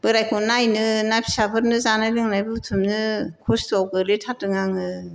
बोरायखौ नायनो ना फिसाफोरनो जानाय लोंनाय बुथुमनो खस्थ'आव गोलैथारदों आङो